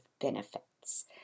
benefits